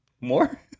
More